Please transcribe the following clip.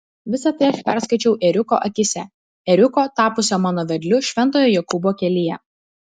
visa tai aš perskaičiau ėriuko akyse ėriuko tapusio mano vedliu šventojo jokūbo kelyje